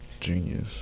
genius